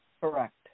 Correct